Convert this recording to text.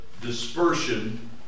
dispersion